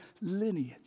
lineage